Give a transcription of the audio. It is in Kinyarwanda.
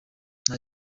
nta